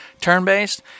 turn-based